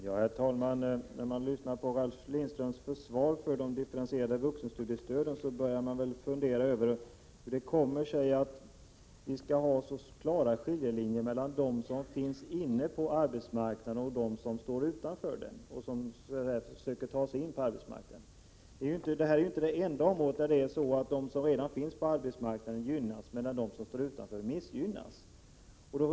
Herr talman! När man lyssnar på Ralf Lindströms försvar för de differentierade vuxenstudiestöden, börjar man fundera över hur det kommer sig att vi skall ha så klara skiljelinjer mellan dem som befinner sig på arbetsmarknaden och dem som står utanför — och försöker ta sig in på arbetsmarknaden. Detta är ju inte det enda område där de som redan befinner sig på arbetsmarknaden gynnas, medan de som står utanför missgynnas.